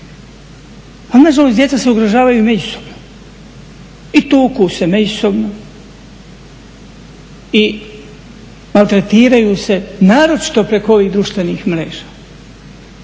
Pa na žalost djeca se ugrožavaju međusobno i tuku se međusobno i maltretiraju se naročito preko ovih društvenih mreža.